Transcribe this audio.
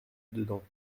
dedans